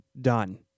done